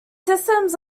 systems